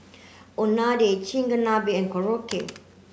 Unadon Chigenabe and Korokke